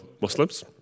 Muslims